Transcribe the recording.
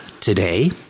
today